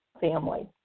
family